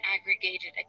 aggregated